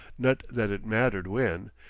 not that it mattered when.